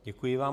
Děkuji vám.